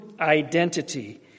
identity